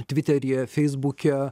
tviteryje feisbuke